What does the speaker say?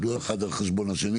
לא אחד על חשבון השני